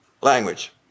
language